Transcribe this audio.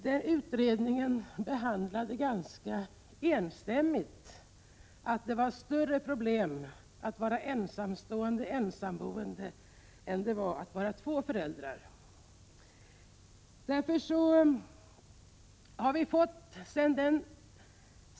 Den utredningen sade ganska enstämmigt att det var större problem att vara ensamstående ensamboende än att vara två föräldrar.